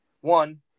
one